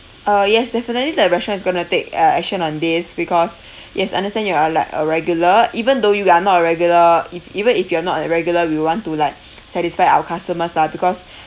uh yes definitely the restaurant is going to take uh action on this because yes understand you are like a regular even though you are not a regular if even if you're not a regular we want to like satisfy our customers lah because